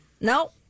No